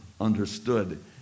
understood